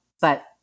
but-